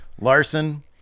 Larson